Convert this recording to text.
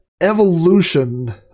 evolution